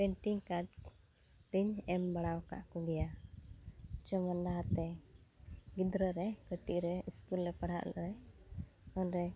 painting ᱠᱟᱰ ᱤᱧ ᱮᱢ ᱵᱟᱲᱟᱣᱠᱟᱜ ᱠᱚ ᱜᱮᱭᱟ ᱡᱮᱢᱚᱱ ᱞᱟᱦᱟᱛᱮ ᱜᱤᱫᱽᱨᱟᱹᱨᱮ ᱠᱟᱹᱴᱤᱡᱨᱮ ᱤᱥᱠᱩᱞ ᱨᱮᱞᱮ ᱯᱟᱲᱦᱟᱜᱼᱟ